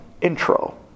intro